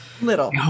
Little